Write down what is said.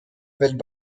built